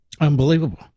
Unbelievable